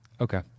Okay